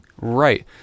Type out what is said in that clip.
Right